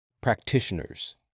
practitioners